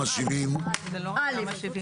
אנחנו לא משפים את אותו אדם במאה אחוז,